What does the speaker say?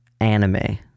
anime